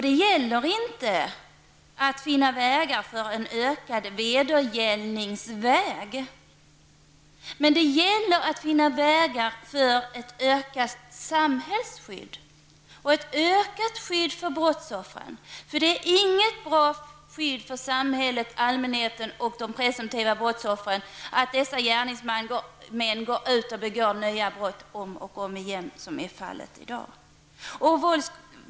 Det gäller inte att finna vägar för ökad vedergällning. Men det gäller att finna vägar för ett ökat samhällsskydd och ett ökat skydd för brottsoffren. Det är inget bra skydd för samhället, allmänheten och de presumtiva brottsoffren att dessa gärningsmän går ut och begår nya brott om och om igen, som är fallet i dag.